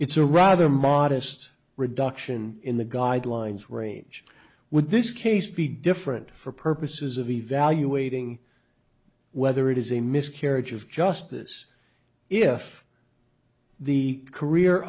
it's a rather modest reduction in the guidelines range would this case be different for purposes of evaluating whether it is a miscarriage of justice if the career